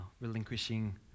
relinquishing